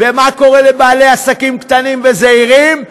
ומה קורה לבעלי עסקים קטנים וזעירים?